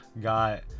Got